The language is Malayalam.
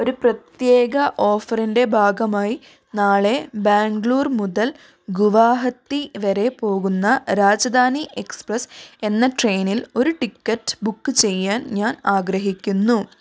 ഒരു പ്രത്യേക ഓഫറിൻ്റെ ഭാഗമായി നാളെ ബാംഗ്ലൂർ മുതൽ ഗുവാഹത്തി വരെ പോകുന്ന രാജധാനി എക്സ്പ്രസ്സ് എന്ന ട്രെയിനിൽ ഒരു ടിക്കറ്റ് ബുക്ക് ചെയ്യാൻ ഞാൻ ആഗ്രഹിക്കുന്നു